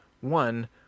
One